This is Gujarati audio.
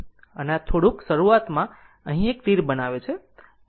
અને આ થોડુંક શરૂઆતમાં અહીં એક તીર બનાવે છે